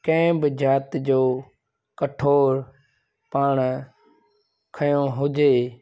कंहिं ॿ जाति जो कठोर पाण खंयो हुजे